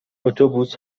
اتوبوس